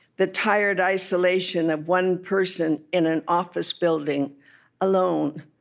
the tired isolation of one person in an office building alone,